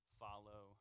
follow